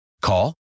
Call